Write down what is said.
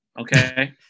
Okay